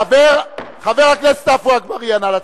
חבר הכנסת עפו אגבאריה, נא לצאת.